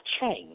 change